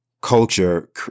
culture